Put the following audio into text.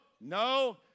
no